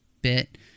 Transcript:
bit